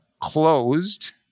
closed